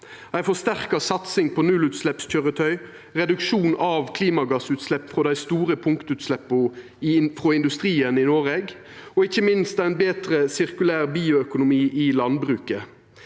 Ei forsterka satsing på nullutsleppskøyretøy, reduksjon av klimagassutslepp frå dei store punktutsleppa frå industrien i Noreg og ikkje minst ein betre sirkulær bioøkonomi i landbruket